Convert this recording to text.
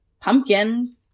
pumpkin